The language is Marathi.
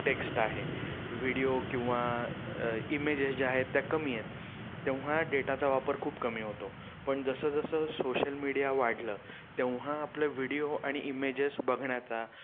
टेक्स्ट आहे व्हिडिओ किंवा इमेजेस ज्या आहेत त्या कमी आहेत तेव्हा डेटाचा वापर खूप कमी होतो पण जसं जसं सोशल मीडिया वाढलं तेव्हा आपलं व्हिडिओ आणि इमेजेस बघण्याचा